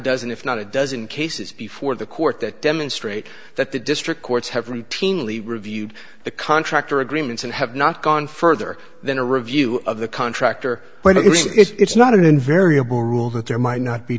dozen if not a dozen cases before the court that demonstrate that the district courts have reteam only reviewed the contractor agreements and have not gone further than a review of the contractor but it's not an invariable rule that there might not be